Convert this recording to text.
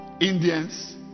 Indians